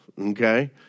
okay